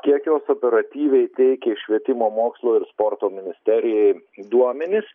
kiek jos operatyviai teikė švietimo mokslo ir sporto ministerijai duomenis